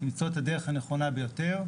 למצוא את הדרך הנכונה ביותר,